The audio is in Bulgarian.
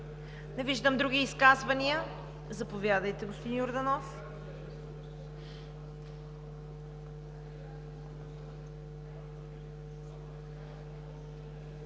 Не виждам други изказвания. Заповядайте, господин Йорданов.